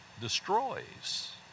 destroys